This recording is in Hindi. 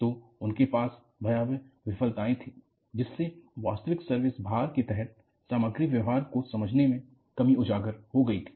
तो उनके पास भयावह विफलताएँ थी जिससे वास्तविक सर्विस भार के तहत सामग्री व्यवहार को समझने में कमी उजागर हो गई थी